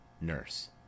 nurse